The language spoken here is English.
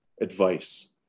advice